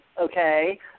okay